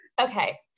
Okay